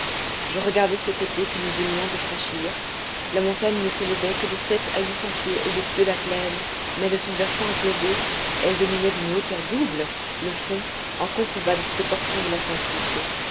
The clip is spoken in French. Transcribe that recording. je regardai ce côté que nous venions de franchir la montagne ne s'élevait que de sept à huit cents pieds au-dessus de la plaine mais de son versant opposé elle dominait d'une hauteur double le fond en contre bas de cette portion de l'atlantique